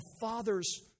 father's